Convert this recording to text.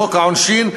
בחוק העונשין,